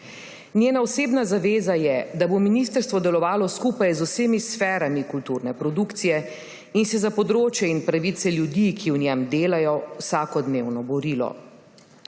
Njena osebna zaveza je, da bo ministrstvo delovalo skupaj z vsemi sferami kulturne produkcije in se za področje in pravice ljudi, ki v njem delajo, vsakodnevno borilo.